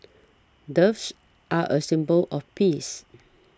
doves are a symbol of peace